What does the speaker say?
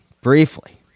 briefly